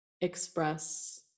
express